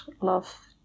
love